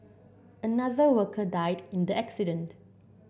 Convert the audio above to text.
another worker died in the accident